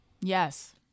Yes